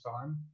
time